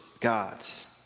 God's